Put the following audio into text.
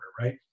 right